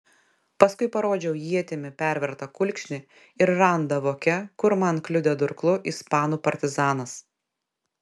paskui parodžiau ietimi pervertą kulkšnį ir randą voke kur man kliudė durklu ispanų partizanas